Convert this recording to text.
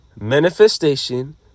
Manifestation